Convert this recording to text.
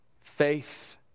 faith